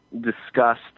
discussed